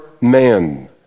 man